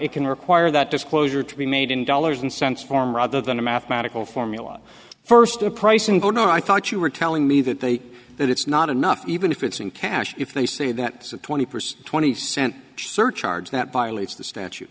it can require that disclosure to be made in dollars and cents form rather than a mathematical formula first a price and go not i thought you were telling me that they that it's not enough even if it's in cash if they say that it's a twenty percent twenty cent surcharge that violates the statu